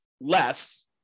less